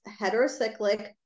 heterocyclic